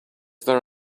there